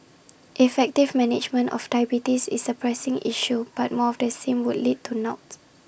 effective management of diabetes is A pressing issue but more of the same would lead to naught